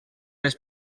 les